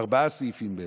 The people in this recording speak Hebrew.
בעצם, ארבעה סעיפים: